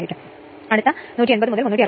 ഇപ്പോൾ അടുത്തത് ഇതാണ് ഉദാഹരണം 13